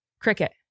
Cricket